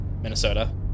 Minnesota